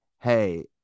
hey